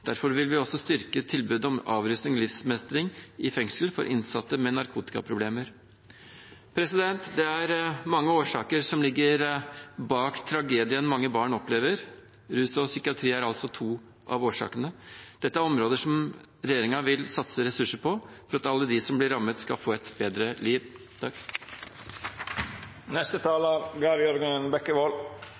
Derfor vil vi også styrke tilbudet om avrusning og livsmestring i fengsel for innsatte med narkotikaproblemer. Det er mange årsaker som ligger bak tragedien mange barn opplever. Rus og psykiatri er altså to av årsakene. Dette er områder regjeringen vil satse ressurser på, for at alle de som blir rammet, skal få et bedre liv.